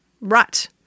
rut